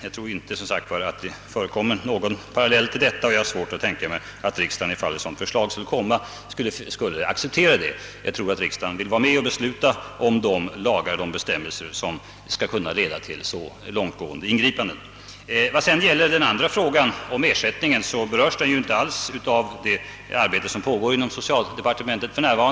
Jag tror inte att det förekommer någon parallell till detta, och jag har svårt att tänka mig att riksdagen skulle acceptera ett sådant här förslag, om det framlades. Riksdagen vill nog vara med och besluta om de lagar och bestämmelser som skall kunna leda till så långtgående ingripanden. Vad sedan gäller den andra frågan — om ersättningen — så berörs den ju inte alls av det arbete som för närvarande pågår inom socialdepartementet.